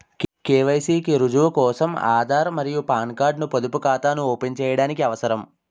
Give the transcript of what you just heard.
KYC కి రుజువు కోసం ఆధార్ మరియు పాన్ కార్డ్ ను పొదుపు ఖాతాను ఓపెన్ చేయడానికి అవసరం